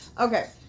Okay